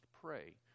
pray